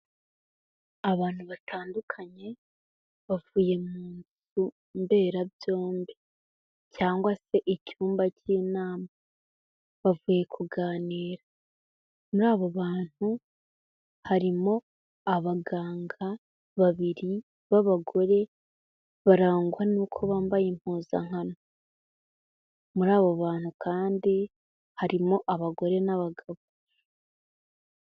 Abantu batandukanye bavuye mu nzu mberabyombi cyangwa se icyumba cy'inama, bavuye kuganira, muri abo bantu harimo abaganga babiri b'abagore barangwa n'uko bambaye impuzankano, muri abo bantu kandi harimo abagore n'abagabo.